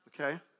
okay